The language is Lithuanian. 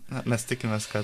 na mes tikimės kad